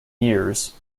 years